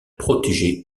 protégeait